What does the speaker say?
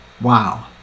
Wow